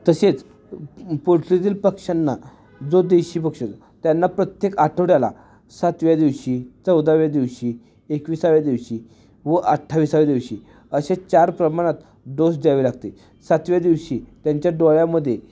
तसेच पोल्ट्रीतील पक्ष्यांना जो देशी पक्षी असे त्यांना प्रत्येक आठवड्याला सातव्या दिवशी चौदाव्या दिवशी एकवीसाव्या दिवशी व अठ्ठावीसाव्या दिवशी अशा चार प्रमाणात डोस द्यावे लागते सातव्या दिवशी त्यांच्या डोळ्यामध्ये